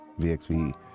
VXV